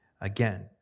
again